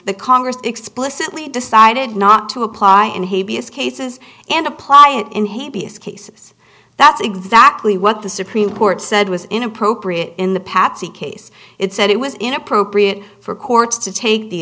the congress explicitly decided not to apply and he is cases and apply it in hippias cases that's exactly what the supreme court said was inappropriate in the patsie case it said it was inappropriate for courts to take the